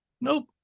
nope